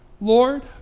Lord